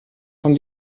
von